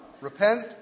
repent